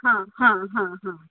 હા હા હા